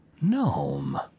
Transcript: gnome